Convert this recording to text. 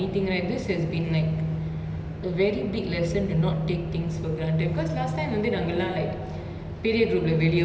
period room lah இருந்து வெளிய போவோ அடிக்கடி:irunthu veliya poavo adikati friends ah போய் பாப்போ:poai paappo like relatives வந்து:vanthu like anytime we can go and see you know but ya